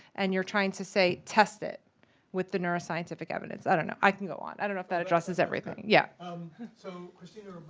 and you're trying to, say, test it with the neuroscientific evidence. i don't know. i can go on. i don't know if that addresses everything. block yeah um so cristina,